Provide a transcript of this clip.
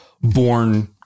born